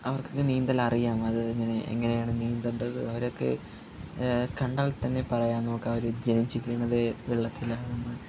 അവർക്കൊക്കെ നീന്തൽ അറിയാം അത് എങ്ങനെയാണ് നീന്തേണ്ടത് അവരൊക്കെ കണ്ടാൽ തന്നെ പറയാം നമുക്ക് അവർ ജനിച്ച് വീണതേ വെള്ളത്തിലാണെന്ന്